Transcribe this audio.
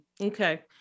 Okay